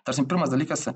ta prasme pirmas dalykas